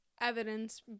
evidence